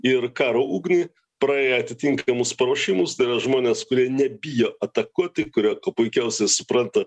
ir karo ugnį praėję atitinkamus paruošimus tai yra žmonės kurie nebijo atakuoti kurie kuo puikiausiai supranta